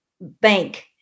bank